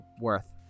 worth